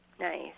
Nice